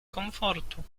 komfortu